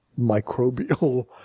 microbial